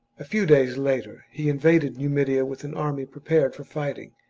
a few days later he invaded numidia with an army prepared for fighting,